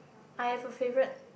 I have a favourite